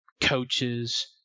coaches